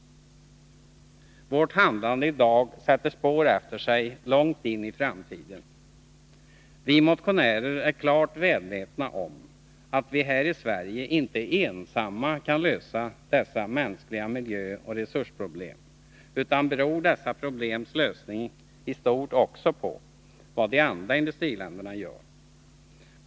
Vårt handlande i dag sätter spår efter sig långt in i framtiden. Vi motionärer är klart medvetna om att vi här i Sverige inte ensamma kan lösa dessa mänskliga miljöoch resursproblem, utan dessa problems lösning i stort beror också på vad de andra industriländerna gör.